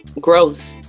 growth